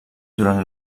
durant